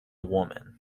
woman